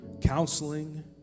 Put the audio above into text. counseling